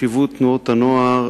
חשיבות תנועות הנוער,